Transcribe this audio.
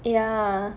ya